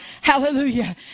Hallelujah